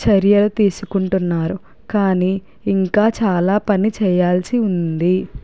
చర్యలు తీసుకుంటున్నారు కానీ ఇంకా చాలా పని చేయాల్సి ఉంది